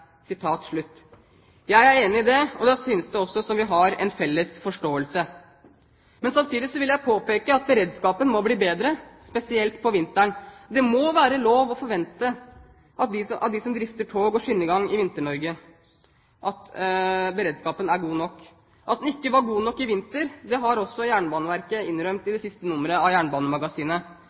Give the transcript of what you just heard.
Jeg er enig i det. Det synes som vi har en felles forståelse. Samtidig vil jeg påpeke at beredskapen må bli bedre, spesielt på vinteren. Det må være lov å forvente av dem som drifter tog og skinnegang i Vinter-Norge, at beredskapen er god nok. At den ikke var god nok i vinter, har også Jernbaneverket innrømmet i det siste nummeret av Jernbanemagasinet.